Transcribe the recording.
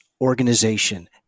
organization